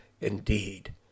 indeed